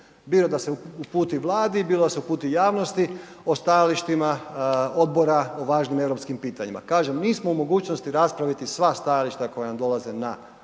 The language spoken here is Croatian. bilo da se uputi Vladi, bilo da se uputi javnosti o stajalištima odbora o važnim europskim pitanjima. Kažem, nismo u mogućnosti raspraviti sva stajališta koja nam dolaze na znanje